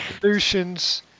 solutions